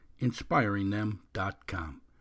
inspiringthem.com